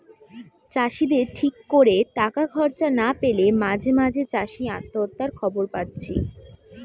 চাষিদের ঠিক কোরে টাকা খরচ না পেলে মাঝে মাঝে চাষি আত্মহত্যার খবর পাচ্ছি